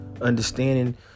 understanding